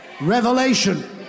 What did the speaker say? revelation